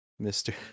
Mr